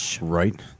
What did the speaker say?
right